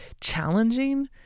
challenging